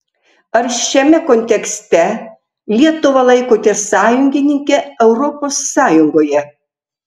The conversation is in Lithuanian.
ar šiame kontekste lietuvą laikote sąjungininke europos sąjungoje